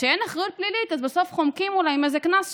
כשאין אחריות פלילית אז בסוף חומקים עם איזה קנס,